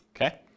okay